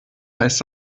heißt